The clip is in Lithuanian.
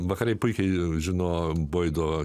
vakarai puikiai žino boido